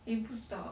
eh 不知道